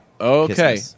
Okay